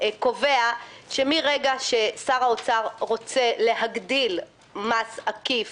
קובע שמרגע ששר האוצר רוצה להגדיל מס עקיף